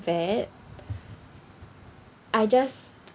bad I just